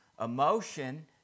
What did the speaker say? emotion